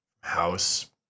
House